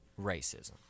racism